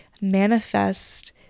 manifest